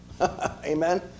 Amen